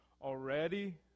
already